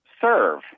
Serve